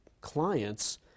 clients